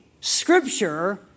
Scripture